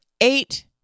eight